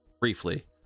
briefly